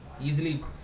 easily